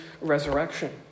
resurrection